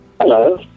Hello